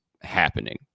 happening